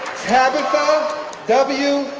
tabitha w.